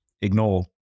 ignore